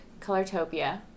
Colortopia